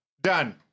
done